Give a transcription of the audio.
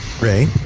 Ray